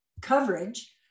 coverage